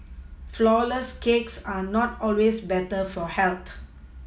flourless cakes are not always better for health